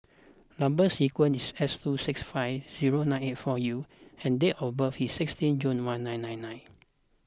Number Sequence is S two six five zero nine eight four U and date of birth is sixteenth June one nine nine nine